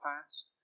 past